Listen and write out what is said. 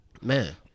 Man